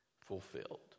fulfilled